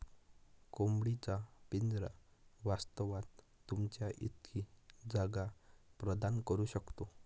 कोंबडी चा पिंजरा वास्तवात, तुमच्या इतकी जास्त जागा प्रदान करू शकतो